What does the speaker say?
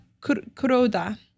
Kuroda